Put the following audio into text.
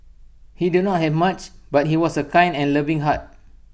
he did not have much but he was A kind and loving heart